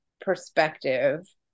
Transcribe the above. perspective